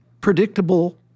predictable